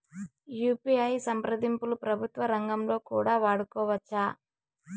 UPI సంప్రదింపులు ప్రభుత్వ రంగంలో కూడా వాడుకోవచ్చా?